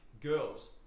girls